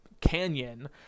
canyon